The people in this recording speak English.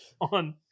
on